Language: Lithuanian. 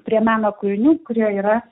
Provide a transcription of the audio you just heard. prie meno kūrinių kurie yra